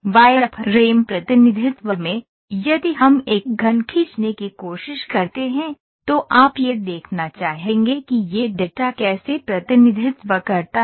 wireframe प्रतिनिधित्व में यदि हम एक घन खींचने की कोशिश करते हैं तो आप यह देखना चाहेंगे कि यह डेटा कैसे प्रतिनिधित्व करता है